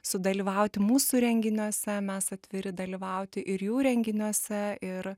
sudalyvauti mūsų renginiuose mes atviri dalyvauti ir jų renginiuose ir